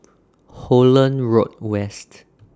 Holland Road West